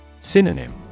Synonym